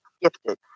gifted